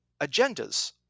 agendas